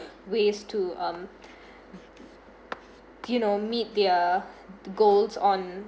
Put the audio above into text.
ways to um you know meet their goals on